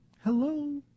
Hello